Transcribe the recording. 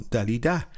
Dalida